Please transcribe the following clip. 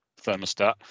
thermostat